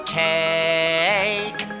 cake